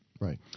Right